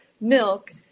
milk